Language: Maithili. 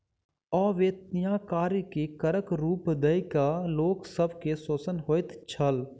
अवेत्निया कार्य के करक रूप दय के लोक सब के शोषण होइत छल